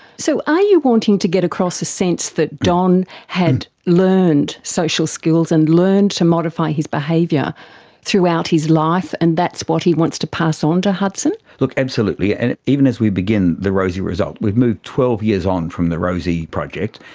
so are you wanting to get across a sense that don had learned social skills and learns to modify his behaviour throughout his life and that's what he wants to pass on to hudson? absolutely. and even as we begin the rosie result, we've moved twelve years on from the rosie project,